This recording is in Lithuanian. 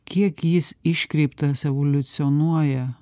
kiek jis iškreiptas evoliucionuoja